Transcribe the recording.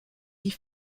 die